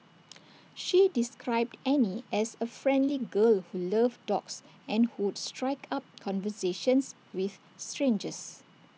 she described Annie as A friendly girl who loved dogs and who would strike up conversations with strangers